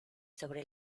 sobre